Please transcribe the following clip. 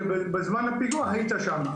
בזמן הפיגוע היית שם.